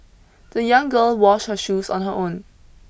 the young girl washed her shoes on her own